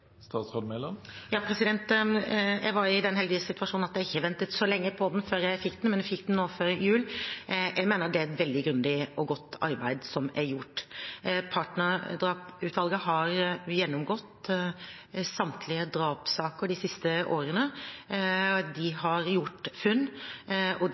Jeg var i den heldige situasjonen at jeg ikke ventet så lenge på innstillingen før jeg fikk den, jeg fikk den nå før jul. Jeg mener det er et veldig grundig og godt arbeid som er gjort. Partnerdrapsutvalget har gjennomgått samtlige drapssaker de siste årene. De har gjort funn, og de